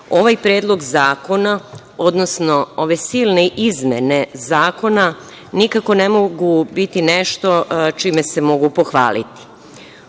ovaj Predlog zakona, odnosno ove silne izmene zakona nikako ne mogu biti nešto čime se mogu pohvaliti. Ovaj